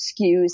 skews